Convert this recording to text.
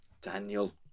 Daniel